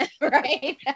Right